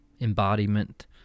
embodiment